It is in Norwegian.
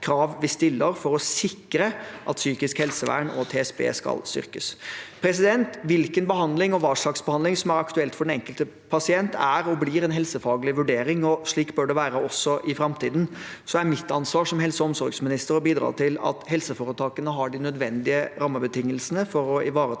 krav vi stiller for å sikre at psykisk helsevern og TSB, tverrfaglig spesialisert rusbehandling, skal styrkes. Hvilken behandling og hva slags behandling som er aktuell for den enkelte pasient, er og blir en helsefaglig vurdering, og slik bør det være også i framtiden. Mitt ansvar som helse- og omsorgsminister er å bidra til at helseforetakene har de nødvendige rammebetingelsene for å ivareta